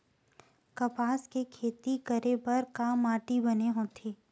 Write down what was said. कपास के खेती करे बर का माटी बने होथे?